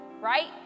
right